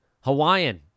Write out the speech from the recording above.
Hawaiian